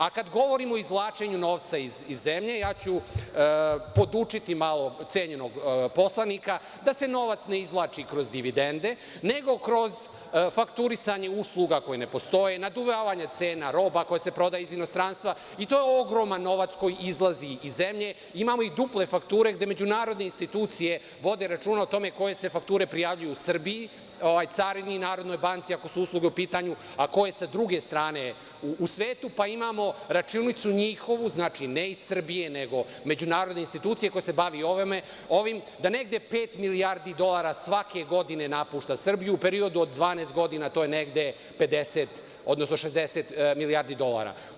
A kada govorimo o izvlačenju novca iz zemlje, ja ću podučiti malo cenjenog poslanika da se novac ne izvlači kroz dividende, nego kroz fakturisanje usluga koje ne postoje, naduvavanje cena roba koja se prodaje iz inostranstva i to je ogroman novac koji izlazi iz zemlje, imamo i duple fakture gde međunarodne institucije vode računa o tome koje se fakture prijavljuju u Srbiji, carini i Narodnoj banci, ako su usluge u pitanju, a koje sa druge strane u svetu, pa imamo računicu njihovu, znači, ne iz Srbije, nego međunarodne institucije koje se bavi i ovom, da negde pet milijardi dolara svake godine napušta Srbiju u periodu od 12 godina, a to je negde 50, odnosno 60 milijardi dolara.